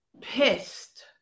pissed